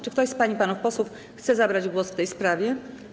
Czy ktoś z pań i panów posłów chce zabrać głos w tej sprawie?